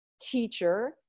teacher